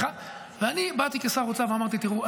ואני באתי כשר אוצר ואמרתי: תראו,